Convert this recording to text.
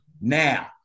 Now